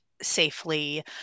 safely